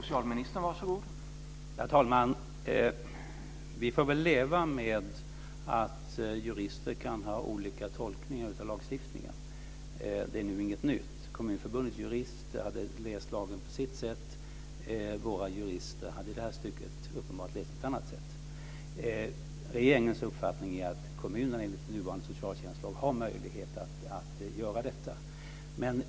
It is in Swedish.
Herr talman! Vi får väl leva med att jurister kan ha olika tolkningar av lagstiftningen - det är inget nytt. Kommunförbundets jurist hade läst lagen på sitt sätt, och våra jurister hade i det här stycket uppenbarligen läst den på ett annat sätt. Regeringens uppfattning är att kommunerna enligt nuvarande socialtjänstlag har möjlighet att göra detta.